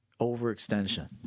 overextension